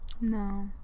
No